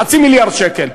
חצי מיליון שקל.